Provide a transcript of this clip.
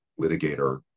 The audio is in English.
litigator